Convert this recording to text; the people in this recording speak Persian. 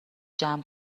جمع